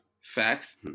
Facts